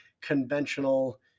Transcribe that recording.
conventional